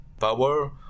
Power